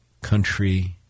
country